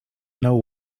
know